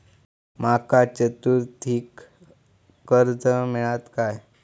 माका चतुर्थीक कर्ज मेळात काय?